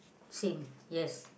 Sim yes